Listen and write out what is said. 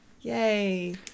Yay